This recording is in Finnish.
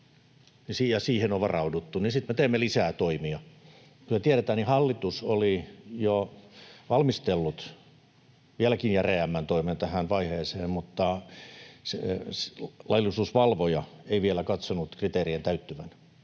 siihen on varauduttu, niin sitten me teemme lisää toimia. Kuten tiedetään, niin hallitus oli jo valmistellut vieläkin järeämmän toimen tähän vaiheeseen, mutta laillisuusvalvoja ei vielä katsonut kriteerien täyttyvän.